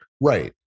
right